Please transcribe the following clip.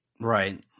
Right